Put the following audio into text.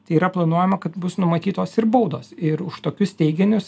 tai yra planuojama kad bus numatytos ir baudos ir už tokius teiginius